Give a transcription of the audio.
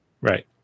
Right